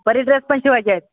परीड्रेस पण शिवायच्या आहेत